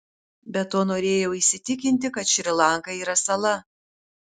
be to norėjau įsitikinti kad šri lanka yra sala